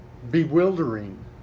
bewildering